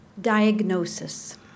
Diagnosis